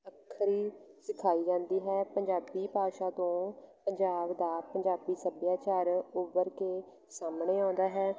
ਅੱਖਰੀ ਸਿਖਾਈ ਜਾਂਦੀ ਹੈ ਪੰਜਾਬੀ ਭਾਸ਼ਾ ਤੋਂ ਪੰਜਾਬ ਦਾ ਪੰਜਾਬੀ ਸੱਭਿਆਚਾਰ ਉਭਰ ਕੇ ਸਾਹਮਣੇ ਆਉਂਦਾ ਹੈ